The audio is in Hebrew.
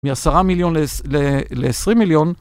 מ-10 מיליון ל-20 מיליון.